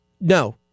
No